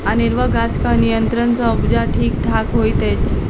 अनेरूआ गाछक नियंत्रण सँ उपजा ठीक ठाक होइत अछि